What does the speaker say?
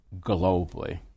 globally